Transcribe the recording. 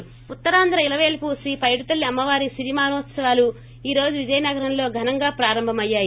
break Uttarandhra ఇలవేల్పు శ్రీ పైడితల్లి అమ్మవారి సిరిమానోత్పవాలు ఈరోజు విజయనగరంలో ఘనంగా ప్రారంభమయ్యాయి